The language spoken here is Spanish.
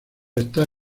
está